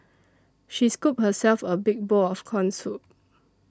she scooped herself a big bowl of Corn Soup